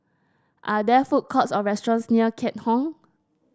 are there food courts or restaurants near Keat Hong